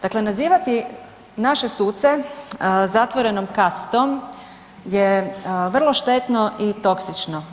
Dakle, nazivati naše suce zatvorenom kastom je vrlo štetno i toksično.